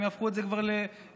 הם יהפכו את זה כבר ל-70%,